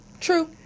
True